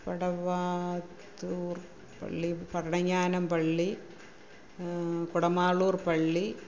വടവാത്തൂർ പള്ളി പടയ്ങ്ങാനം പള്ളി കൊടമാളൂർ പള്ളി